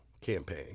campaign